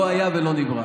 לא היה ולא נברא.